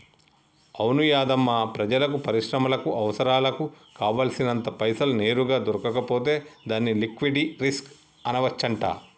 అవును యాధమ్మా ప్రజలకు పరిశ్రమలకు అవసరాలకు కావాల్సినంత పైసలు నేరుగా దొరకకపోతే దాన్ని లిక్విటీ రిస్క్ అనవచ్చంట